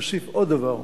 אני אוסיף עוד דבר,